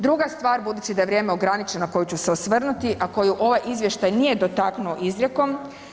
Druga stvar, budući da je vrijeme ograničeno, pa ću se osvrnuti, a koju ovaj izvještaj nije dotaknuo izrijekom.